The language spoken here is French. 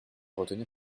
retenir